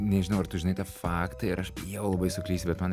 nežinau ar tu žinai tą faktą ir aš bijau labai suklyst bet man